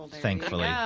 Thankfully